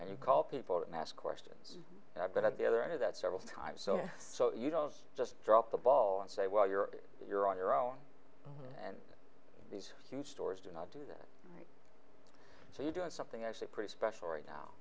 and you call people and ask questions but at the other end of that several times so you don't just drop the ball and say well you're you're on your own and these huge stores do not do this so you're doing something actually pretty special right now